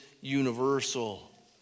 universal